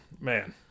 man